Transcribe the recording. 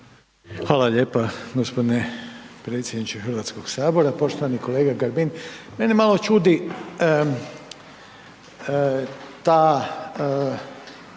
Hvala lijepa gospodine predsjedniče Hrvatskog sabora. Poštovani kolega Grbin. Mene malo čudi taj